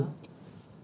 no then the